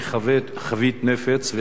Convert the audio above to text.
היא חבית נפץ,